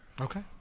okay